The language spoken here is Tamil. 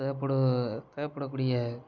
தேவைப்பட தேவைப்படக்கூடிய